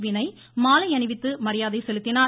வினய் மாலை அணிவித்து மரியாதை செலுத்தினார்